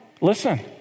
Listen